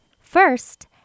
First